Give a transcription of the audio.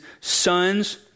sons